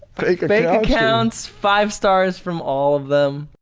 fake fake accounts, five stars from all of them,